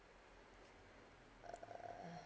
uh